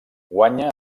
guanya